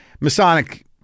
Masonic